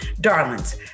Darlings